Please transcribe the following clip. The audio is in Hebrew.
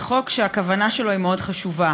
זה חוק שהכוונה שלו מאוד חשובה.